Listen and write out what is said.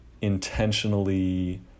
intentionally